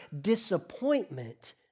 disappointment